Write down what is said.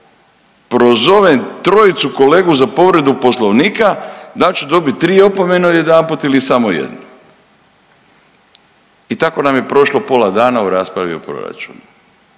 prozovem trojicu kolega za povredu Poslovnika da li ću dobiti tri opomene odjedanput ili samo jednu. I tako nam je prošlo pola dana u raspravi o proračunu,